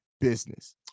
business